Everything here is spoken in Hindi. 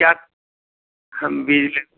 क्या हम भी ले